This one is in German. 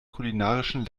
kulinarischen